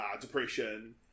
depression